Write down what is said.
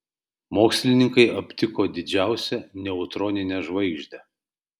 mokslininkai aptiko didžiausią neutroninę žvaigždę